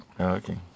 Okay